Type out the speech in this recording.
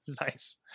Nice